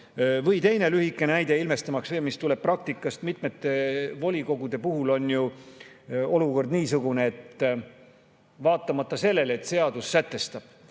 Või teine lühike näide, ilmestamaks veel praktikat. Mitmete volikogude puhul on ju olukord niisugune, et vaatamata sellele, et seadus sätestab,